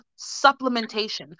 supplementation